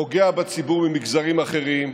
פוגע בציבור ממגזרים אחרים.